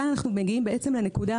זה מביא אותנו